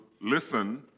listen